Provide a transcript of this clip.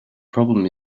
problem